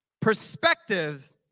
Perspective